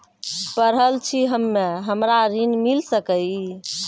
पढल छी हम्मे हमरा ऋण मिल सकई?